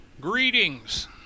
Greetings